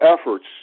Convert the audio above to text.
efforts